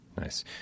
Nice